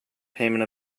payment